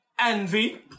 envy